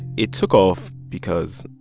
it took off because,